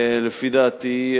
לפי דעתי,